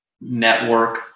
network